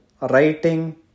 writing